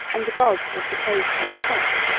and the gods were supposed to accept,